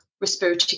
respiratory